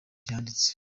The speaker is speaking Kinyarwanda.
byanditse